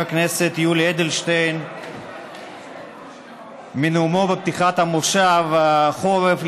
הכנסת יולי אדלשטיין מנאומו בפתיחת מושב החורף,